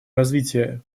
развития